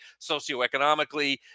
socioeconomically